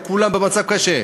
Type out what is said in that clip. וכולם במצב קשה,